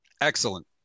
Excellent